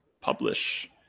publish